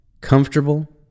comfortable